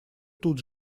тут